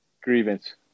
grievance